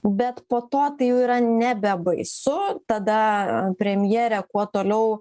bet po to tai jau yra nebebaisu tada premjerė kuo toliau